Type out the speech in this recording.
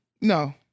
No